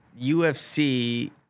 UFC